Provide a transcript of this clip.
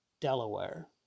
Delaware